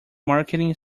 marketing